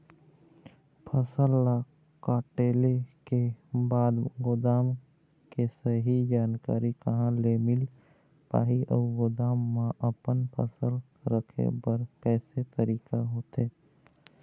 फसल ला कटेल के बाद गोदाम के सही जानकारी कहा ले मील पाही अउ गोदाम मा अपन फसल रखे बर कैसे तरीका होथे?